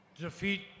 defeat